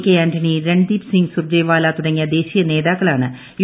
K Antony രൺദീപ്ദിങ് സൂർജെവാല തുടങ്ങിയ ദേശീയ നേതാക്കളാണ് യു